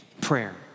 prayer